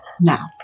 Now